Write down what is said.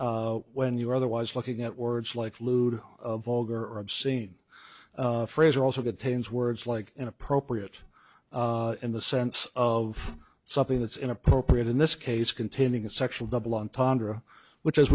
when you're otherwise looking at words like lewd vulgar or obscene phrase or also contains words like inappropriate in the sense of something that's inappropriate in this case containing a sexual double entendre which as